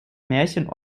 märchen